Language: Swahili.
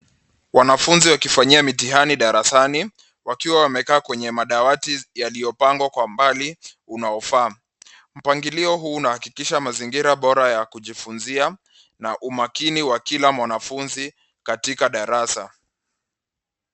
Wanafunzi wakifanyia mitihani darasani wakiwa wamekaa kwenye madawati yaliyopangwa kwa umbali unaofaa. Mpangilio huu unahakikisha mazingira bora ya kujifunzia na umakini wa kila mwanafunzi katika darasa.